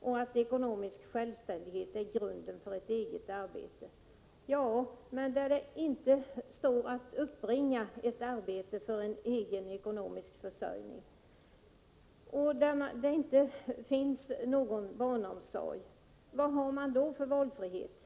och att ekonomisk självständighet är grunden för ett eget arbete. Ja, men där det inte står att uppbringa ett arbete för en egen ekonomisk försörjning och där det inte finns någon barnomsorg kan man fråga sig vad det är för valfrihet.